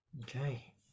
Okay